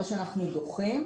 או שאנחנו דוחים,